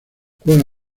juega